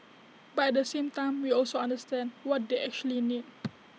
but at the same time we also understand what they actually need